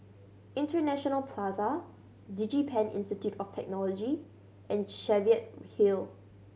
International Plaza DigiPen Institute of Technology and Cheviot Hill